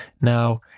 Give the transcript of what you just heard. now